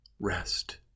rest